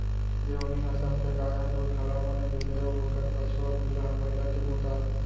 देओनी नसल के गाय ह दूद घलौ बने देथे अउ ओकर बछवा पिला ह बइला के बूता आथे